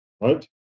right